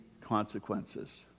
consequences